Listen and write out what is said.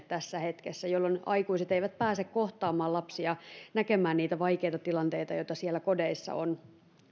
tässä hetkessä jolloin aikuiset eivät pääse kohtaamaan lapsia näkemään niitä vaikeita tilanteita joita siellä kodeissa on